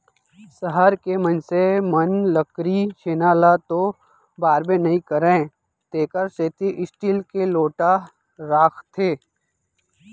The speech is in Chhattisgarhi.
सहर के मनसे मन लकरी छेना ल तो बारबे नइ करयँ तेकर सेती स्टील के लोटा राखथें